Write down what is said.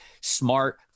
Smart